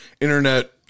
internet